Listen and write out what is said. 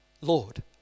Lord